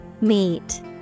Meet